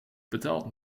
betaald